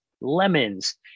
lemons